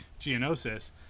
Geonosis